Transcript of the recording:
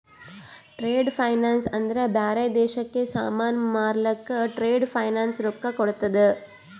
trade finance ಅಂದ್ರ ಬ್ಯಾರೆ ದೇಶಕ್ಕ ಸಾಮಾನ್ ಮಾರ್ಲಕ್ ಟ್ರೇಡ್ ಫೈನಾನ್ಸ್ ರೊಕ್ಕಾ ಕೋಡ್ತುದ್